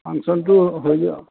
ফাংশ্বনটো হৈ যাব